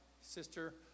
sister